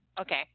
Okay